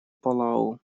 палау